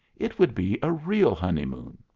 it would be a real honeymoon!